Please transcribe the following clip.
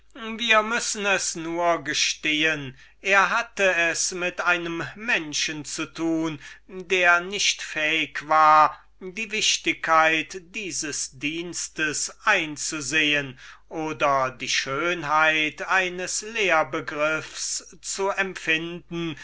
wir müssen es nur gestehen er hatte es mit einem menschen zu tun der nicht fähig war die wichtigkeit dieses dienstes einzusehen oder die schönheit eines systems zu empfinden